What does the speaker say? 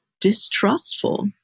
distrustful